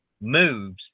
moves